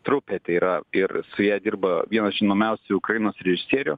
trupė tai yra ir su ja dirba vienas žinomiausių ukrainos režisierių